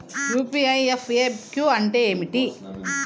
UPI FAQ అంటే ఏమిటి?